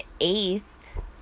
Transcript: eighth